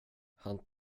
han